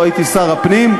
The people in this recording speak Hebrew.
לא הייתי שר הפנים.